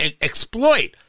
exploit